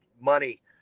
money